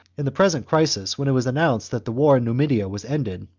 in the present crisis, when it was announced that the war in numidia was ended,